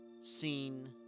seen